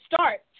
start